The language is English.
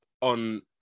on